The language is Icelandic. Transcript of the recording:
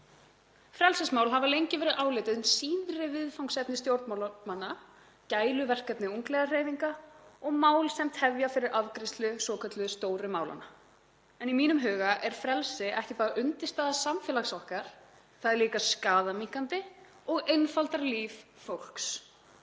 Frelsismál hafa lengi verið álitin síðri viðfangsefni stjórnmálamanna, gæluverkefni ungliðahreyfinga og mál sem tefja fyrir afgreiðslu svokölluðu stóru málanna. Í mínum huga er frelsi ekki bara undirstaða samfélags okkar, það er líka skaðaminnkandi og einfaldar líf fólks.